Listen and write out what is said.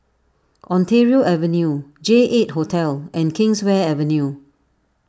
Ontario Avenue J eight Hotel and Kingswear Avenue